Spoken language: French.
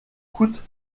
coûte